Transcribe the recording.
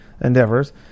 endeavors